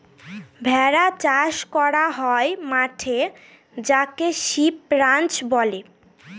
ভেড়া চাষ করা হয় মাঠে যাকে সিপ রাঞ্চ বলে